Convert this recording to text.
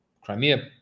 Crimea